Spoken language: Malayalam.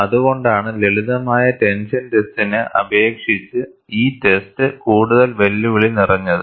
അതുകൊണ്ടാണ് ലളിതമായ ടെൻഷൻ ടെസ്റ്റിനെ അപേക്ഷിച്ച് ഈ ടെസ്റ്റ് കൂടുതൽ വെല്ലുവിളി നിറഞ്ഞത്